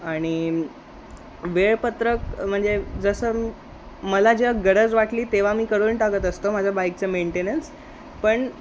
आणि वेळपत्रक म्हणजे जसं मला जेव्हा गरज वाटली तेव्हा मी करून टाकत असतो माझं बाईकचं मेंटेनन्स पण